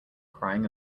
crying